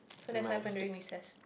so that's what happened during recess